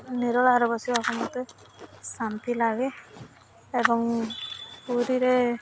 ନିରୋଳାରେ ବସିବାକୁ ମତେ ଶାନ୍ତି ଲାଗେ ଏବଂ ପୁରୀରେ